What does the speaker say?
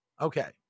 Okay